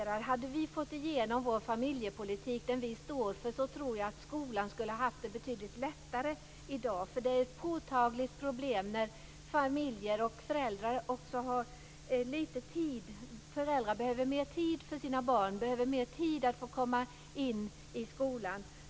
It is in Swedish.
Om vi hade fått igenom vår familjepolitik, tror jag att skolan skulle ha haft det betydligt lättare i dag. Ett påtagligt problem är att familjerna har för litet tid. Föräldrarna behöver mer tid för sina barn och för skolan.